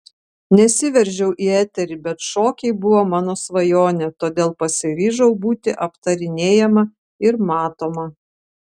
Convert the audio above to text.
nesiveržiau į eterį bet šokiai buvo mano svajonė todėl pasiryžau būti aptarinėjama ir matoma